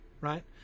right